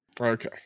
Okay